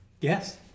Yes